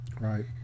Right